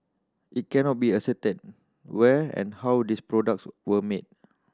it cannot be ascertained where and how these products were made